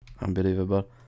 Unbelievable